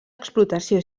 explotació